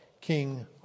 king